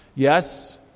Yes